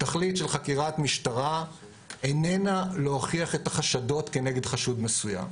התכלית של חקירת משטרה איננה להוכיח את החשדות כנגד חשוד מסוים.